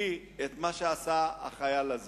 מוקיע את מה שעשה החייל הזה.